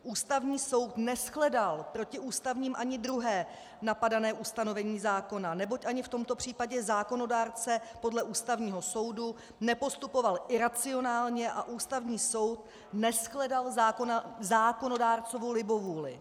Ústavní soud neshledal protiústavním ani druhé napadané ustanovení zákona, neboť ani v tomto případě zákonodárce podle Ústavního soudu nepostupoval iracionálně a Ústavní soud neshledal zákonodárcovu libovůli.